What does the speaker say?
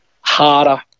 harder